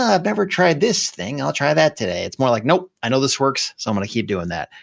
ah i've never tried this thing, i'll try that today. it's more like, nope, i know this works, so i'm gonna keep doing that.